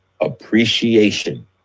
appreciation